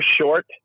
short